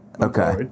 okay